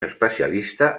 especialista